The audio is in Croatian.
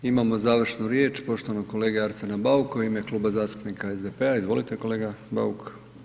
Imamo završnu riječ poštovanog kolege Arsena Bauka u ime Kluba zastupnika SDP-a, izvolite kolega Bauk.